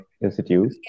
institute